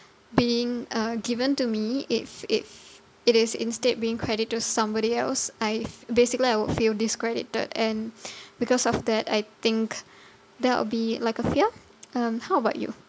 being uh given to me if if it is instead being credit to somebody else I f~ basically I would feel discredited and because of that I think that'll be like a fear um how about you